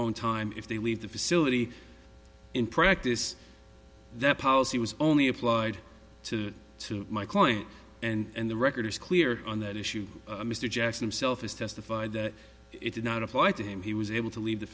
own time if they leave the facility in practice that policy was only applied to to my client and the record is clear on that issue mr jackson himself is testified that it did not apply to him he was able to leave the